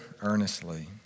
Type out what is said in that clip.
earnestly